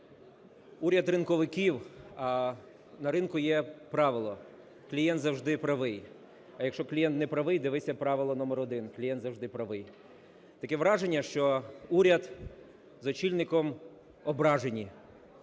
Уряд ринковиків, а на ринку є правило: клієнт завжди правий, а якщо клієнт не правий, дивися правило №1 – "клієнт завжди правий". Таке враження, що уряд з очільником ображені.